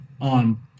on